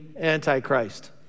Antichrist